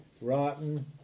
rotten